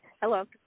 Hello